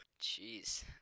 Jeez